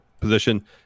position